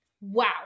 wow